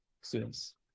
students